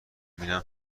میرم